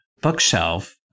bookshelf